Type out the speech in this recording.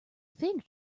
fig